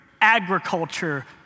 agriculture